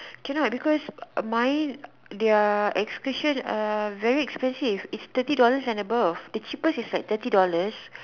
can not because mine their excursion a very expensive it's thirty dollars and above the cheapest is like thirty dollars